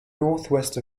northwest